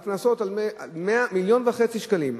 על קנסות, מיליון וחצי שקלים.